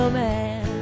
man